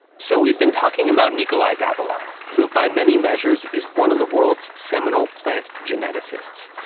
so we've been talking about nikolay vavilov, who by many measures is one of the world's seminal plant geneticists.